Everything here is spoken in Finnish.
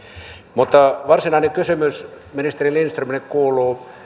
mutta varsinainen kysymys ministeri lindströmille kuuluu